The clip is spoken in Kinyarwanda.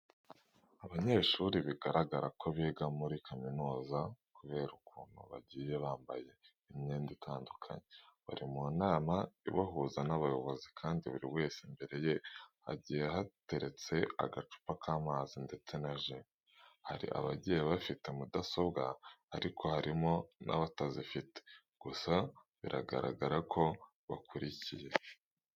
Abanyeshuri bigaragara ko biga muri kaminuza kubera ukuntu bagiye bambaye imyenda itandukanye, bari mu nama ibahuza n'abayobozi kandi buri wese imbere ye hagiye hateretse agacupa k'amazi ndetse na ji. Hari abagiye bafite mudasobwa ariko harimo n'abatazifite, gusa biragaragara ko bakurikiye.